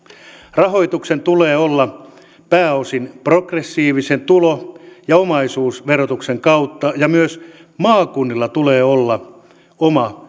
rahoituksen tulee olla pääosin progressiivisen tulo ja omaisuusverotuksen kautta ja myös maakunnilla tulee olla oma